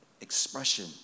Expression